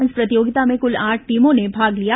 इस प्रतियोगिता में कुल आठ टीमों ने भाग लिया